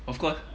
of course